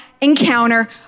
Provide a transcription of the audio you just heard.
encounter